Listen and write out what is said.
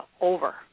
over